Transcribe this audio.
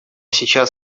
сейчас